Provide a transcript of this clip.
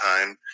time